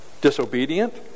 disobedient